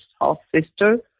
half-sister